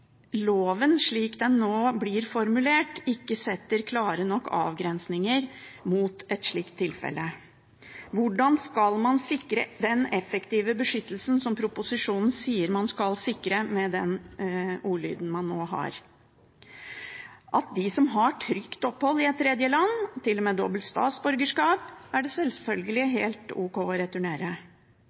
loven slik den nå er formulert, ikke setter klare nok avgrensninger mot et slikt tilfelle. Hvordan skal man sikre den effektive beskyttelsen som proposisjonen sier man skal sikre, med den ordlyden man nå har? De som har trygt opphold i et tredjeland, til og med dobbelt statsborgerskap, er det selvfølgelig helt ok å returnere.